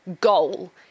goal